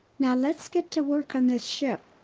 now let's get to work on this ship!